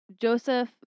joseph